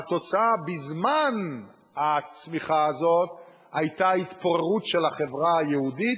והתוצאה בזמן הצמיחה הזאת היתה התפוררות של החברה היהודית.